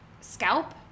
scalp